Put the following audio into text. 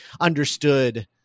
understood